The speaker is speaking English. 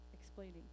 explaining